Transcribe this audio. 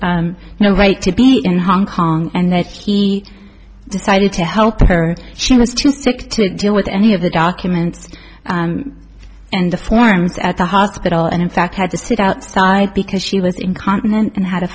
appears no right to be in hong kong and that he decided to help her she was too sick to deal with any of the documents in the forms at the hospital and in fact had to sit outside because she was incontinent and had a